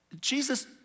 Jesus